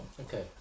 Okay